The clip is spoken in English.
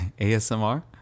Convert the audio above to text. asmr